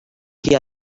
ket